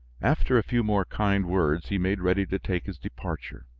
after a few more kind words, he made ready to take his departure.